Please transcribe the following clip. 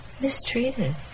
mistreated